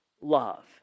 love